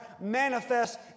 manifest